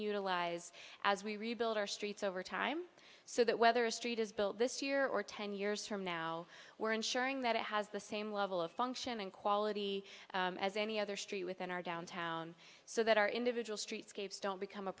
utilize as we rebuild our streets over time so that whether a street is bill this year or ten years from now we're ensuring that it has the same level of function and quality as any other street within our downtown so that our individual streetscapes don't become a